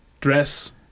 dress